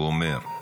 הוא אומר,